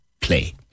play